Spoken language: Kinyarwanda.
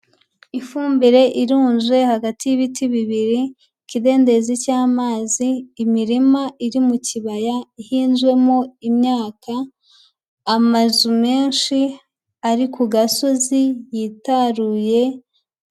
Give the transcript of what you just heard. Ifumbire irunze hagati y'ibiti bibiri, ikidendezi cy'amazi, imirima iri mu kibaya ihinzwemo imyaka, amazu menshi ari ku gasozi yitaruye…